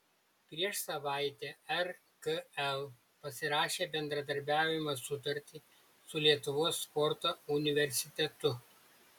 prieš savaitę rkl pasirašė bendradarbiavimo sutartį su lietuvos sporto universitetu